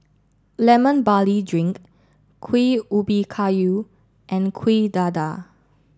Lemon Barley Drink Kuih Ubi Kayu and Kuih Dadar